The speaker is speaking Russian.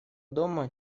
дома